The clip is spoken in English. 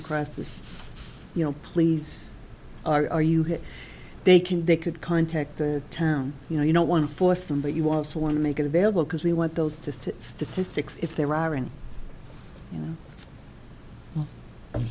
across this you know please are you here they can they could contact the term you know you don't want to force them but you also want to make it available because we want those just statistics if there aren't you know